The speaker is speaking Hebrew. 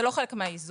זה לא חלק מהאיזון,